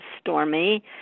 Stormy